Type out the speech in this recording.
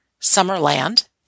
Summerland